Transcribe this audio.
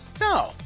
No